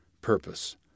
purpose